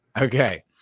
Okay